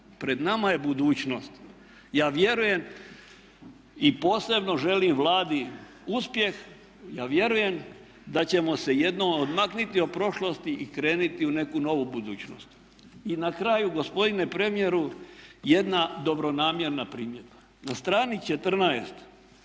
Pred nama je budućnost. Ja vjerujem i posebno želim Vladi uspjeh, ja vjerujem da ćemo se jednom odmaknuti od prošlosti i krenuti u neku novu budućnost. I na kraju gospodine premijeru jedna dobronamjerna primjedba. Na str. 14